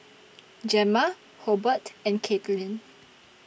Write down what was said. Gemma Hobert and Katlynn